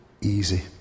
easy